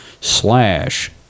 slash